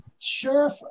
Sheriff